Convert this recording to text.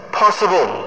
possible